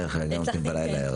היא בדרך כלל בלילה גם כן ערה.